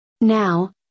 Now